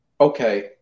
okay